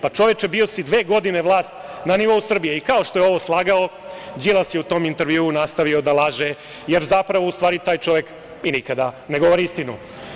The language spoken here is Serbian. Pa čoveče, bio si dve godine vlast na nivou Srbije i kao što je ovo slagao Đilas je u tom intervjuu nastavio da laže, jer zapravo taj čovek i nikada ne govori istinu.